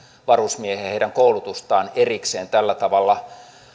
varusmiehiä ja heidän koulutustaan erikseen tällä tavalla